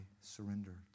surrender